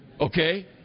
Okay